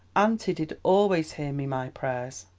auntie did always hear me my prayers.